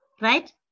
right